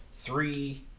Three